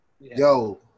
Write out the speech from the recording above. Yo